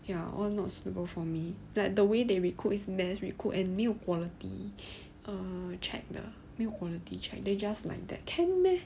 ya all not suitable for me like the way they recruit is mass recruit and 没有 quality err check 的没有 quality check they just like that can meh